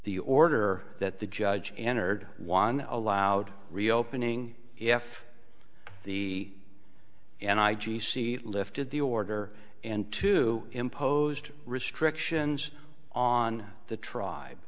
the order that the judge entered one allowed reopening if the and i g c lifted the order and to imposed restrictions on the tribe